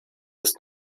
ist